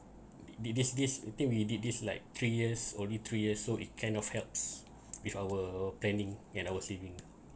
thi~ this this I think we did this like three years already three years so it kind of helps with our planning and our savings